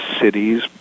cities